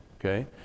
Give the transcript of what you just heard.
okay